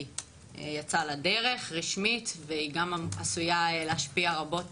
יצאה לדרך רשמית והיא גם עשויה להשפיע רבות